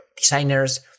designers